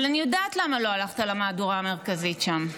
אבל אני יודעת למה לא הלכת למהדורה המרכזית שם.